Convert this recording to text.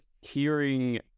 hearing